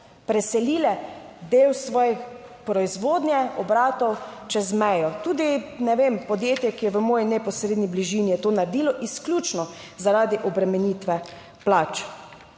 preselile del svoje proizvodnje obratov čez mejo. Tudi ne vem, podjetje, ki je v moji neposredni bližini, je to naredilo izključno zaradi obremenitve plač.